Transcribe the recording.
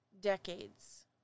decades